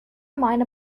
minor